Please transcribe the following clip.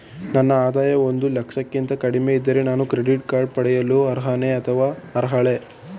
ನನ್ನ ಆದಾಯ ಒಂದು ಲಕ್ಷಕ್ಕಿಂತ ಕಡಿಮೆ ಇದ್ದರೆ ನಾನು ಕ್ರೆಡಿಟ್ ಕಾರ್ಡ್ ಪಡೆಯಲು ಅರ್ಹನೇ ಅಥವಾ ಅರ್ಹಳೆ?